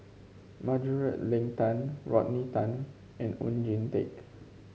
Margaret Leng Tan Rodney Tan and Oon Jin Teik